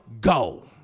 go